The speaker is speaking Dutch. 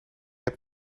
hebt